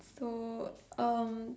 so um